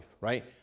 right